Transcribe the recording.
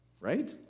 right